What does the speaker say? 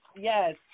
Yes